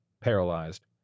paralyzed